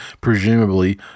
presumably